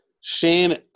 Shane